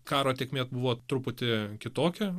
karo tėkmė buvo truputį kitokia